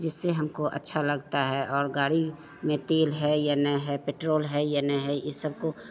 जिससे हमको अच्छा लगता है और गाड़ी में तेल है या नहीं है पेट्रोल है या नहीं है इस सबको